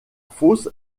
fosse